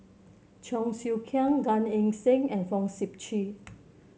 Cheong Siew Keong Gan Eng Seng and Fong Sip Chee